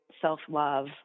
self-love